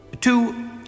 Two